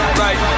right